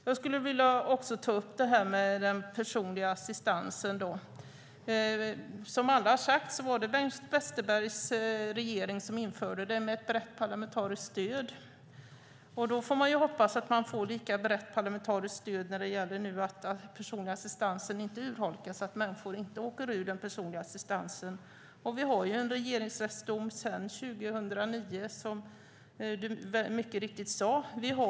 Jag skulle också vilja ta upp frågan om den personliga assistansen. Som alla har sagt var det Bengt Westerberg och den dåvarande regeringen som införde den med ett brett parlamentariskt stöd. Då får man hoppas på ett lika brett parlamentariskt stöd nu så att inte den personliga assistansen urholkas och människor förlorar den personliga assistansen. Vi har en regeringsrättsdom sedan 2009, som du mycket riktigt sade.